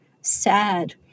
sad